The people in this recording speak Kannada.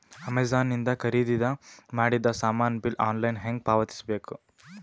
ಅಮೆಝಾನ ಇಂದ ಖರೀದಿದ ಮಾಡಿದ ಸಾಮಾನ ಬಿಲ್ ಆನ್ಲೈನ್ ಹೆಂಗ್ ಪಾವತಿಸ ಬೇಕು?